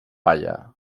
palla